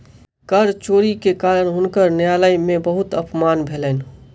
कर चोरी के कारण हुनकर न्यायालय में बहुत अपमान भेलैन